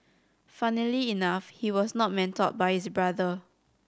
funnily enough he was not mentored by his brother